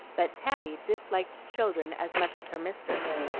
but tabby disliked children as much as her mistress,